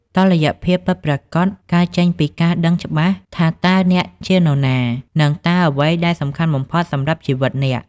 តុល្យភាពពិតប្រាកដកើតចេញពីការដឹងច្បាស់ថា "តើអ្នកជានរណា?" និង "តើអ្វីដែលសំខាន់បំផុតសម្រាប់ជីវិតអ្នក?"